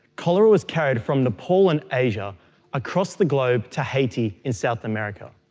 cholera was carried from nepal and asia across the globe to haiti in south america.